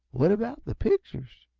what about the pictures?